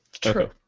true